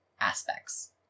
aspects